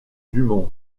dumont